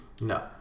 no